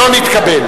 לא נתקבלה.